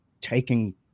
taking